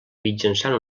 mitjançant